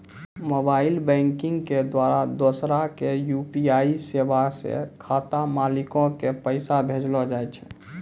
mobile banking के द्वारा दोसरा के यू.पी.आई सेबा से खाता मालिको के पैसा भेजलो जाय छै